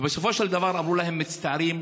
ובסופו של דבר אמרו להן: מצטערים,